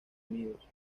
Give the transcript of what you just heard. unidos